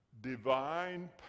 Divine